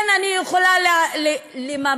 כן, אני יכולה ממש